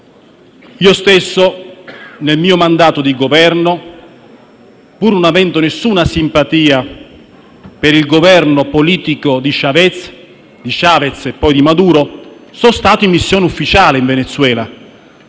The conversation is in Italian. Io stesso, nel mio mandato di Governo, pur non avendo alcuna simpatia per i Governi politici di Chavez e poi di Maduro, sono stato in missione ufficiale in Venezuela,